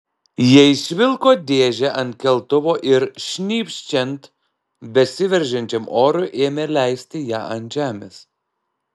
jie išvilko dėžę ant keltuvo ir šnypščiant besiveržiančiam orui ėmė leisti ją ant žemės